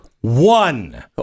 one